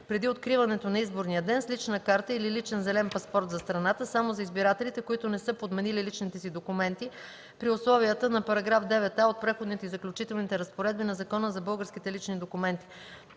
преди откриването на изборния ден, с лична карта или личен (зелен) паспорт за страната - само за избирателите, които не са подменили личните си документи при условията на § 9а от Преходните и заключителните разпоредби на Закона за българските лични документи.